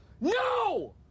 No